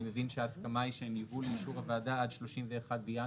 מבין שההסכמה היא שהן יובאו לאישור הוועדה עד 31 בינואר